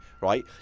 right